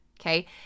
okay